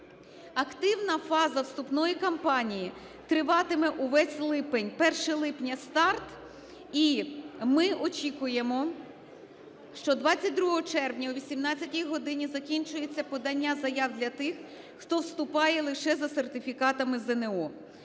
Активна фаза вступної кампанії триватиме увесь липень, 1 липня – старт. І ми очікуємо, що 22 червня о 18 годині закінчується подання заяв для тих, хто вступає лише за сертифікатами ЗНО.